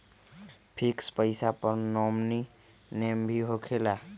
Fix पईसा पर nominee name भी होकेला?